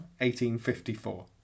1854